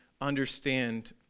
understand